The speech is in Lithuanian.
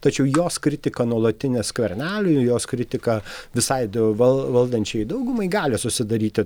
tačiau jos kritika nuolatinė skverneliui jos kritika visai do val valdančiajai daugumai gali susidaryti